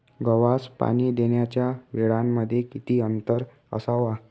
गव्हास पाणी देण्याच्या वेळांमध्ये किती अंतर असावे?